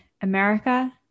America